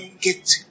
get